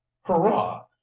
hurrah